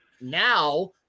now